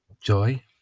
joy